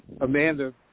Amanda